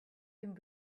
him